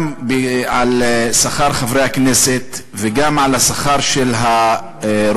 גם על שכר חברי הכנסת וגם על שכר הרופאים,